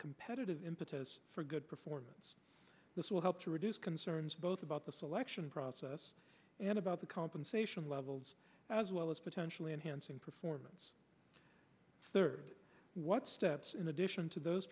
competitive impetus for good performance this will help to reduce concerns both about the selection process and about the compensation levels as well as potentially enhancing performance third what steps in addition to those